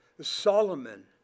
Solomon